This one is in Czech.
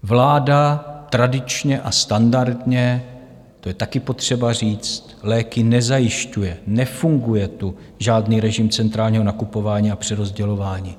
Vláda tradičně a standardně, to je taky potřeba říct, léky nezajišťuje, nefunguje tu žádný režim centrálního nakupování a přerozdělování.